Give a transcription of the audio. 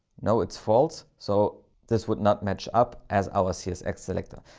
no, it's false. so this would not match up as our css selector.